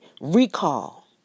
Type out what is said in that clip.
recall